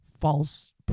false